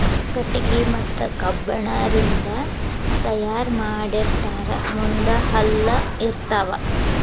ಕಟಗಿ ಮತ್ತ ಕಬ್ಬಣ ರಿಂದ ತಯಾರ ಮಾಡಿರತಾರ ಮುಂದ ಹಲ್ಲ ಇರತಾವ